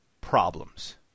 problems